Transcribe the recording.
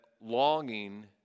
longing